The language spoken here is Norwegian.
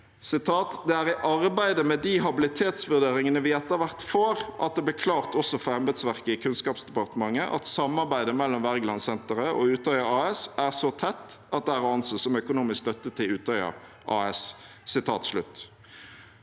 «Det er i arbeidet med de habilitetsvurderingene vi etter hvert får, at det blir klart også for embetsverket i Kunnskapsdepartementet at samarbeidet mellom Wergelandsenteret og Utøya AS er så tett at det er å anse som økonomisk støtte til Utøya AS.»